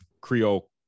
creole